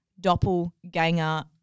doppelganger